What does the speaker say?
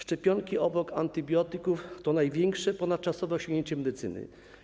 Szczepionki obok antybiotyków to jest największe, ponadczasowe osiągnięcie medycyny.